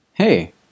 Hey